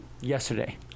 yesterday